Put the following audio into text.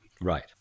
right